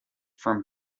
from